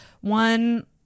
One